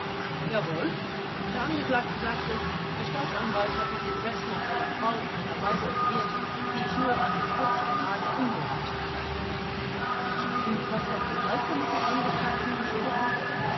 jawohl der angeklagte sagte der staatsanwalt hat mit dem selbstmord meiner frau in einer weise operiert die ich nur als im höchsten grade unmoralisch bezeichnen kann vert und was haben sie weiter mit dem angeklagten klagten gesprochen